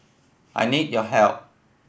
I need your help